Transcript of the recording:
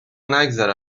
نگذره